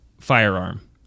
firearm